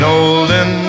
olden